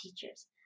teachers